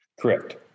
Correct